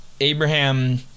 Abraham